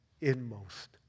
inmost